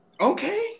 Okay